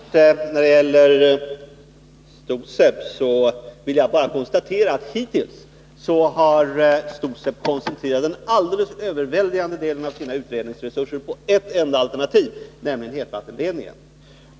Herr talman! När det gäller STOSEB vill jag bara konstatera att hittills har STOSEB koncentrerat den alldeles överväldigande delen av sina utredningsresurser på ett enda alternativ, nämligen hetvattenledningen.